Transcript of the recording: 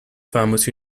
famous